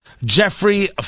Jeffrey